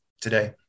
today